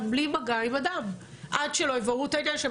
בלי מגע עם אדם עד שלא יבררו את העניין.